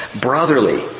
brotherly